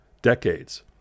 decades